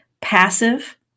passive